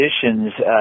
conditions